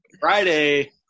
Friday